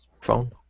phone